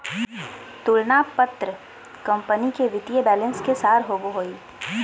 तुलना पत्र कंपनी के वित्तीय बैलेंस के सार होबो हइ